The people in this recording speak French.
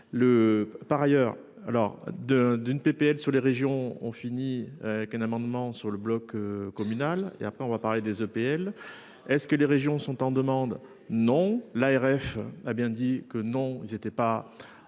par ailleurs alors de d'une PPL sur les régions ont fini qu'un amendement sur le bloc communal et après on va parler des EPL. Est-ce que les régions sont en demande. Non, l'ARF a bien dit que non, il n'était pas